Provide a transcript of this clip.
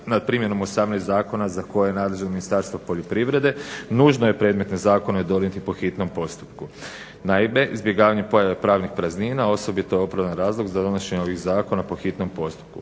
nad primjenom 18 zakona za koje je nadležno Ministarstvo poljoprivrede nužno je predmetne zakone donijeti po hitnom postupku. Naime, izbjegavanjem pojave pravnih praznina, osobito opravdan razlog za donošenje ovih zakona po hitnom postupku.